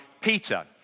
Peter